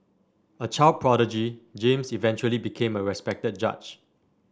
a child prodigy James eventually became a respected judge